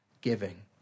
giving